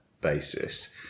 basis